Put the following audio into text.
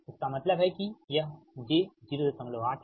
इसका मतलब है कि यह j 08 है